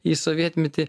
į sovietmetį